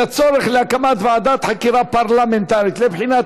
הצורך בהקמת ועדת חקירה פרלמנטרית לבחינת